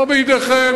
לא בידיכם.